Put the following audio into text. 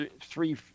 three